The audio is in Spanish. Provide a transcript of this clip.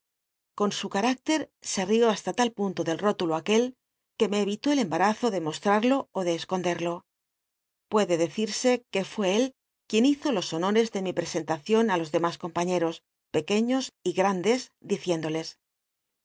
con su carü cter se l'ió hasta tal punto del rótu lo aqu el que me eri tó el em barazo de mostrarlo ó de escondel'lo puede decirse que fué él quien hizo los honores tic mi presen tacion ü los demas com pa iieros pequciios y grandcs diciéndoles